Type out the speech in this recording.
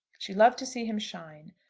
she loved to see him shine.